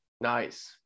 Nice